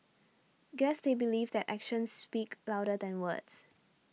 guess they believe that actions speak louder than words